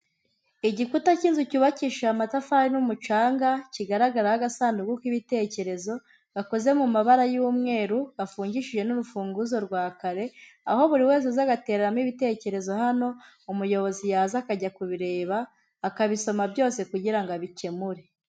Igikuta cy'inzu cyubakishije amatafari n'umucanga, kigaragaraho agasanduku k'ibitekerezo gakoze mu mabara y'umweru, gafungishije n'urufunguzo rwa kare, aho buri wese aza agaterareramo ibitekerezo hano, umuyobozi yaza akajya kubireba akabisoma byose, kugira ngo abikemure.